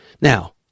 Now